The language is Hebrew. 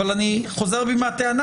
אבל אני חוזר בי מהטענה,